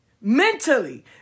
mentally